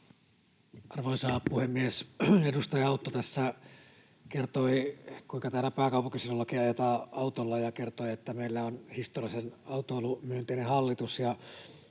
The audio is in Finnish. Arvoisa puhemies! Edustaja Autto tässä kertoi, kuinka täällä pääkaupunkiseudullakin ajetaan autolla, ja kertoi, että meillä on historiallisen autoilumyönteinen hallitus.